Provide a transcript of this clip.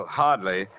hardly